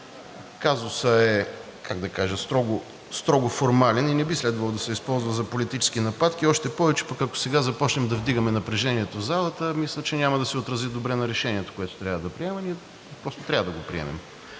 кажа, строго формален и не би следвало да се използва за политически нападки, още повече ако сега започнем да вдигаме напрежението в залата, мисля, че няма да се отрази добре на Решението, което трябва да приемем. Просто трябва да го приемем